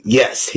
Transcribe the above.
yes